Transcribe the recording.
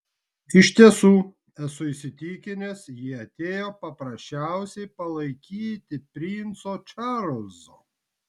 iš tiesų esu įsitikinęs ji atėjo paprasčiausiai palaikyti princo čarlzo